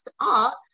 art